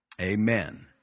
Amen